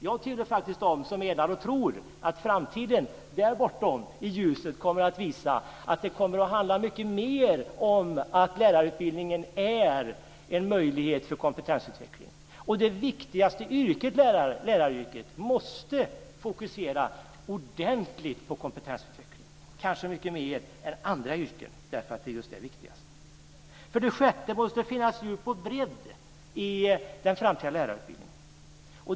Jag tillhör faktiskt dem som menar och tror att framtiden där borta i ljuset kommer att visa att det kommer att handla mycket mer om att lärarutbildningen är en möjlighet för kompetensutveckling. Det viktigaste yrket, läraryrket, måste fokusera ordentligt på kompetensutveckling, kanske mycket mer än andra yrken just därför att det är viktigast. Vidare måste det finnas djup och bredd i den framtida lärarutbildningen.